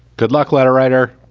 good luck, letter writer.